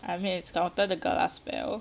I mean it's touted the glass bell